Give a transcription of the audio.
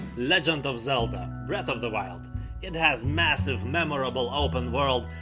legend of zelda breath of the wild it has massive, memorable open world,